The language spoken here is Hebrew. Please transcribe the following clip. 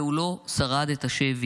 והוא לא שרד את השבי.